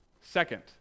Second